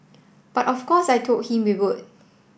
but of course I told him we would